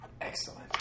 Excellent